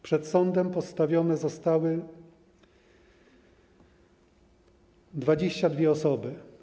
Przed sądem postawione zostały 22 osoby.